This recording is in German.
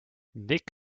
nick